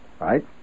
right